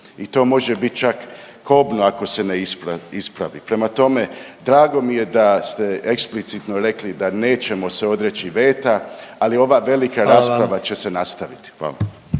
i to može bit čak kobno ako se ne ispravi. Prema tome, drago mi je da ste eksplicitno rekli da nećemo se odreći veta, ali ova velika rasprava će se … …/Upadica